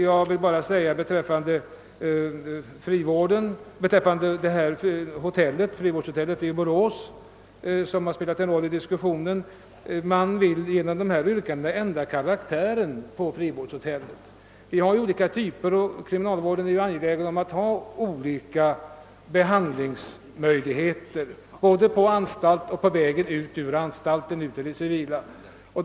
Jag vill vara beträffande frivårdshotellet i Borås, som spelat en viss roll i diskussionen, påpeka att man genom de framställda yrkandena vill ändra detta hotells karaktär. Det förekommer ju olika vårdtyper, och kriminalvården är också angelägen om att ha olika behandlingsmöjligheter på vägen från anstalten ut i det civila livet.